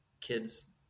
kids